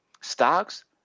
stocks